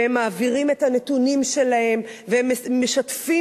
והם מעבירים את הנתונים שלהם והם משתפים